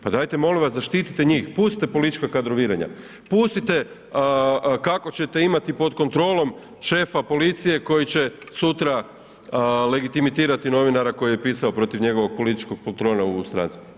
Pa dajte molim vas zaištite njih, pustite politička kadroviranja, pustite kako ćete imati pod kontrolom šefa policije, koji će sutra legitimizirati novinara koji je pisao protiv njegovo političkog patrona u stranci.